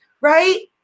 right